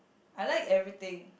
I like everything